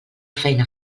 feina